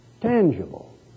tangible